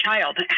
child